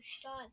shot